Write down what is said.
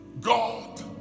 God